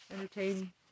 entertain